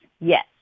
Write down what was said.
yes